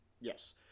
Yes